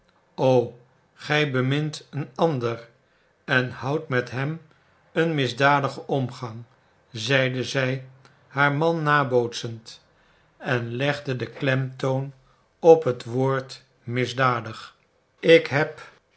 o gij bemint een ander en houdt met hem een misdadigen omgang zeide zij haar man nabootsend en legde den klemtoon op het woord misdadig ik heb